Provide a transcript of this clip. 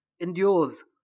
endures